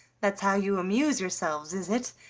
that's how you amuse yourselves, is it?